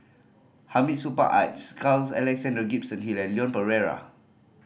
Hamid Supaat Carl Alexander Gibson Hill and Leon Perera